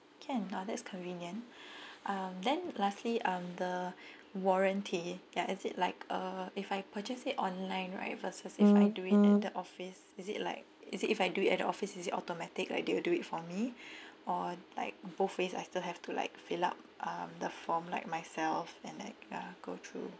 can uh that's convenient um then lastly um the warranty ya is it like uh if I purchase it online right versus if I'm doing that at the office is it like is it if I do it at office is it automatic like they will do it for me or like both ways I still have to like fill up um the form like myself and like ya go through